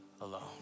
alone